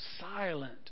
silent